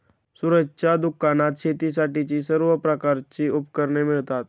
सूरजच्या दुकानात शेतीसाठीची सर्व प्रकारची उपकरणे मिळतात